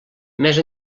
més